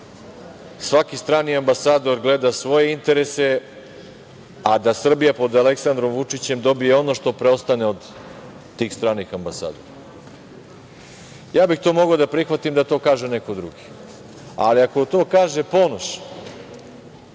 svaki strani ambasador gleda svoje interese, a da Srbija pod Aleksandrom Vučićem dobije ono što preostane od tih stranih ambasadora. Ja bih to mogao da prihvatim da to kaže neko drugi. Ali, ako to kaže Ponoš,